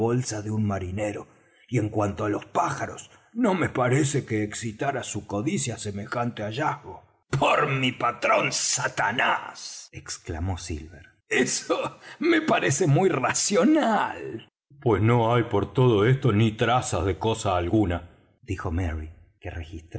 bolsa de un marinero y en cuanto á los pájaros no me parece que excitara su codicia semejante hallazgo por mi patrón satanás exclamó silver eso me parece muy racional pues no hay por todo esto ni trazas de cosa alguna dijo merry que registraba